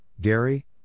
Gary